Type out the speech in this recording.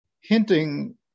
hinting